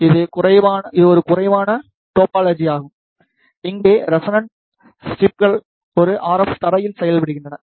இது ஒரு குறைவான டோபோலாகி ஆகும் இங்கே ரெசோனன்ட் ஸ்ட்ரைப்கள் ஒரு RF தரையில் செயல்படுகின்றன